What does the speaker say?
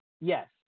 Yes